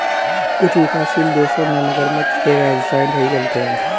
कुछ विकासशील देशों में मगरमच्छ के व्यवसाय सही चलते हैं